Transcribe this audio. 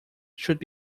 should